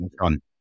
on